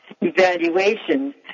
evaluation